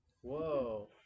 Whoa